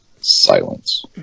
silence